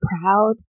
proud